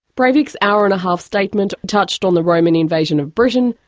breivik's hour and a half statement touched on the roman invasion of britain,